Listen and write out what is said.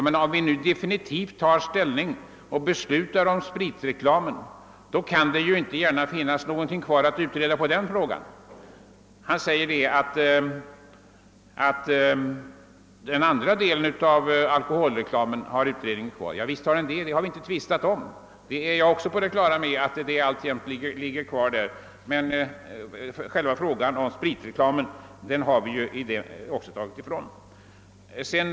Men om vi nu definitivt tar ställning och fattar beslut om starkspritreklamen, så kan detjuinte gärna finnas något kvar att utreda i den frågan! Herr Engkvist sade att utredningen i så fall ändå har kvar uppdraget att utreda den andra delen av alkoholreklamen. Ja, visst har den det; det tvistar vi ju inte om. Jag är också på det klara med att det uppdraget i så fall alltjämt kvarstår. Men själva frågan om starkspritreklamen har vi ju då ändå undandragit utredningen.